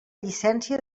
llicència